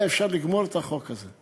היה אפשר לגמור את החקיקה שלו.